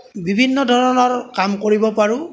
বিভিন্ন ধৰণৰ কাম কৰিব পাৰোঁ